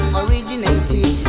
originated